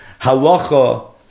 Halacha